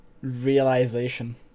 Realization